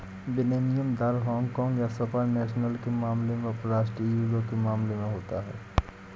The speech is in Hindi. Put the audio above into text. विनिमय दर हांगकांग या सुपर नेशनल के मामले में उपराष्ट्रीय यूरो के मामले में होता है